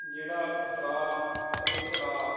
ਜਿਹੜਾ ਉਤਰਾਅ ਅਤੇ ਚੜ੍ਹਾਅ